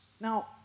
Now